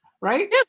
right